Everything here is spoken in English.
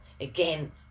again